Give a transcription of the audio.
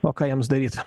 o ką jiems daryt